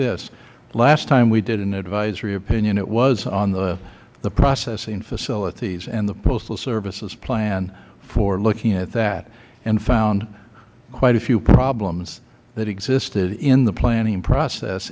this last time we did an advisory opinion it was on the processing facilities and the postal service's plan for looking at that and found quite a few problems that existed in the planning process